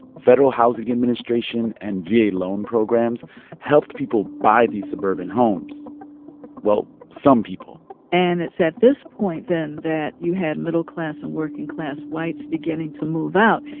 federal housing administration and va loan programs helped people buy these suburban homes well, some people and it's at this point, then, that you had middle-class and working-class whites beginning to move out.